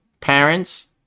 parents